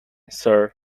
sir